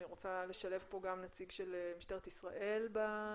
אני רוצה לשלב פה גם נציג של משטרת ישראל בדיון.